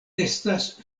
estas